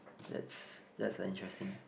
that's that's interesting